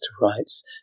rights